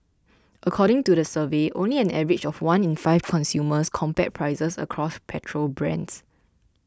according to the survey only an average of one in five consumers compared prices across petrol brands